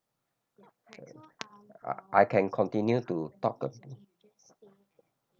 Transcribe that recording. I can continue to talk a